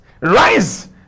Rise